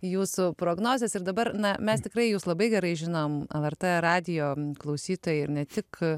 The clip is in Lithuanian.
jūsų prognozės ir dabar na mes tikrai jus labai gerai žinom lrt radijo klausytojai ir ne tik